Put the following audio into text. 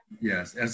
yes